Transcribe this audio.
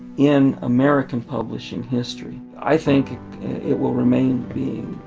in american publishing history. i think it will remain being